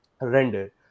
render